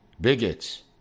bigots